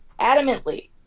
adamantly